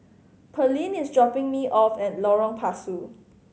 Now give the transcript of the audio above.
Pearlene is dropping me off at Lorong Pasu